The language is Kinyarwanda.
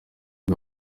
bwa